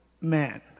man